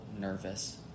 nervous